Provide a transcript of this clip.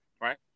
Right